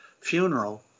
funeral